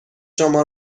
شما